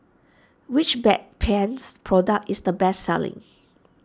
which Bedpans product is the best selling